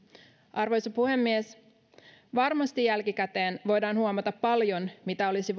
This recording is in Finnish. arvoisa puhemies varmasti jälkikäteen voidaan huomata paljon mitä olisi